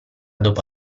dopo